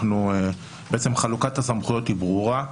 חלוקת הסמכויות ברורה,